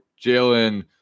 jalen